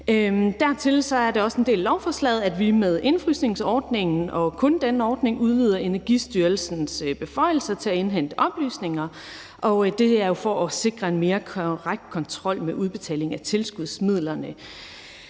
Det er også en del af lovforslaget, at vi med indefrysningsordningen – og kun den ordning – udvider Energistyrelsens beføjelser til at indhente oplysninger, og det er jo for at sikre en mere korrekt kontrol med udbetaling af tilskudsmidlerne.